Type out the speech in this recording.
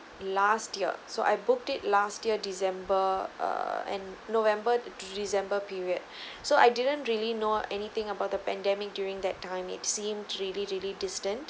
last year so I booked it last year december err and november to december period so I didn't really know anything about the pandemic during that time it seemed really really distant